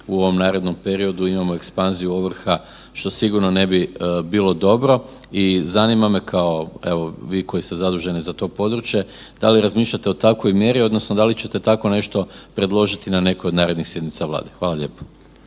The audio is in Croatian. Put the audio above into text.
u ovom narednom periodu imamo ekspanziju ovrha što sigurno ne bi bilo dobro? I zanima me, evo vi koji ste zaduženi za to područje, da li razmišljate o takvoj mjeri odnosno da li ćete tako nešto predložiti na nekoj od narednih sjednica Vlade? **Sanader,